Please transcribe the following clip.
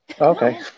Okay